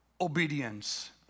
obedience